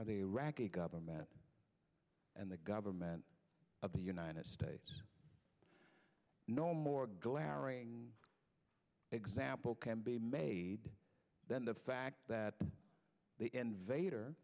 are they rack a government and the government of the united states no more glaring example can be made than the fact that the invader